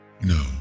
No